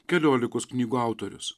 keliolikos knygų autorius